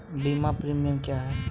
बीमा प्रीमियम क्या है?